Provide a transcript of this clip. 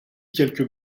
quelques